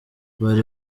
bari